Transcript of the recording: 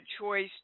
choice